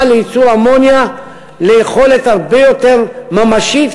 לייצור אמוניה ליכולת הרבה יותר ממשית,